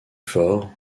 fort